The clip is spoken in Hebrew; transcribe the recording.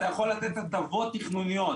אתה יכול לתת הטבות תכנוניות,